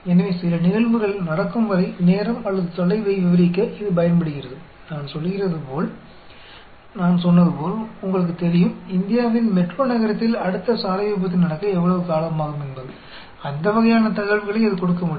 எனவே சில நிகழ்வுகள் நடக்கும் வரை நேரம் அல்லது தொலைவை விவரிக்க இது பயன்படுகிறது நான் சொல்கிறது போல் நான் சொன்னது போல் உங்களுக்குத் தெரியும் இந்தியாவின் மெட்ரோ நகரத்தில் அடுத்த சாலை விபத்து நடக்க எவ்வளவு காலம் ஆகும் என்பது அந்த வகையான தகவல்களை அது கொடுக்க முடியும்